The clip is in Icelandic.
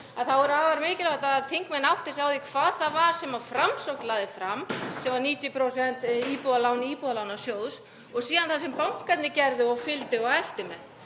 Það er afar mikilvægt að þingmenn átti sig á því hvað það var sem Framsókn lagði fram, sem var 90% íbúðalán Íbúðalánasjóðs, og síðan það sem bankarnir gerðu og fylgdi á eftir með